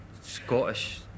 Scottish